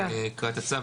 אקרא את הצו.